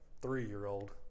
three-year-old